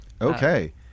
Okay